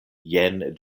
jen